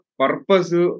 purpose